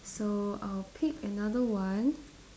so I'll pick another one